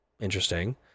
Interesting